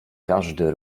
każdy